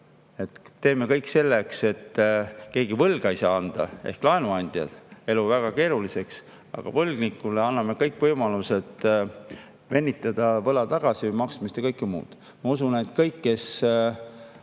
teeme kõik selleks, et keegi võlgu ei saa anda, ehk [teeme] laenuandja elu väga keeruliseks, aga võlgnikule anname kõik võimalused venitada võla tagasimaksmist ja kõike muud. Ma usun, et kõik, kes